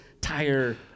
tire